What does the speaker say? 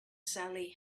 sally